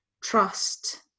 trust